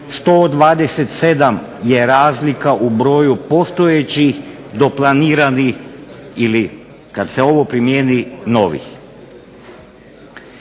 127 je razlika u broju postojećih do planiranih ili kad se ovo primjeni novih.